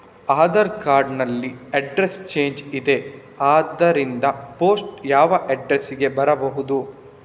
Aadhaar card ನಲ್ಲಿ address change ಇದೆ ಆದ್ದರಿಂದ ಪೋಸ್ಟ್ ಯಾವ ಅಡ್ರೆಸ್ ಗೆ ಬರಬಹುದು?